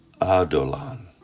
Adolan